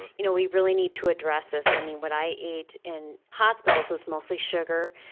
you know we really need to address this. i mean, what i ate in hospitals was mostly sugar,